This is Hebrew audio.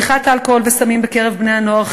צריכת אלכוהול וסמים בקרב בני-הנוער,